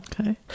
Okay